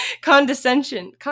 condescension